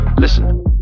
Listen